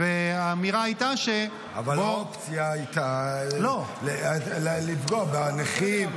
האמירה הייתה --- אבל האופציה הייתה לפגוע בנכים.